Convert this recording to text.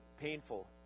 painful